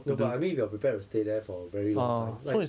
no but I mean if you are prepared to stay there for very long time like